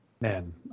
man